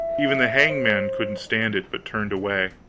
even the hangman couldn't stand it, but turned away.